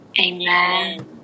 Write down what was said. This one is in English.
amen